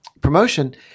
promotion